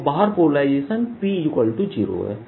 और बाहर polarisation P0 है